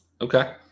Okay